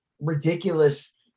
ridiculous